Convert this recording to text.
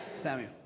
Samuel